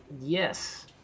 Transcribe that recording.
Yes